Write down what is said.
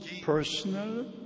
personal